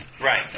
Right